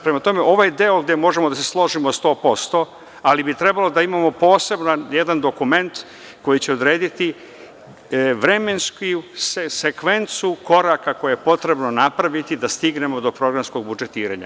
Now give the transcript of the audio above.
Prema tome, ovaj deo gde možemo da se složimo 100%, ali bi trebalo da imamo poseban jedan dokument koji će odrediti vremensku sekvencu koraka koje je potrebno napraviti da stignemo do programskog budžetiranja.